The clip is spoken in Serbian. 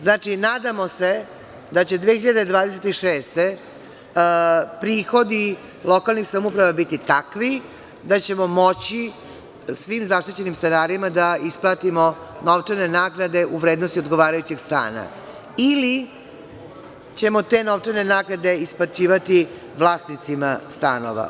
Znači, nadamo se da će 2026. godine prihodi lokalnih samouprava biti takvi da ćemo moći svim zaštićenim stanarima da isplatimo novčane naknade u vrednosti odgovarajućeg stana ili ćemo te novčane naknade isplaćivati vlasnicima stanova.